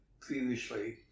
previously